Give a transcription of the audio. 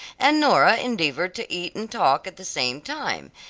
and nora endeavored to eat and talk at the same time,